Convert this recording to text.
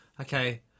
okay